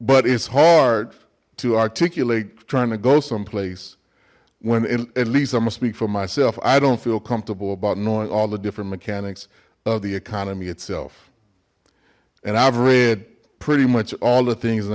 but it's hard to articulate trying to go someplace when at least i must speak for myself i don't feel comfortable about knowing all the different mechanics of the economy itself and i've read pretty much all the things and